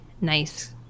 nice